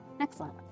Excellent